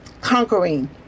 conquering